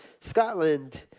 Scotland